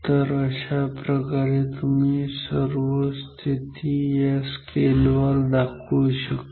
तर अशाप्रकारे तुम्ही इतर सर्व स्थिती या स्केल वर दाखवू शकता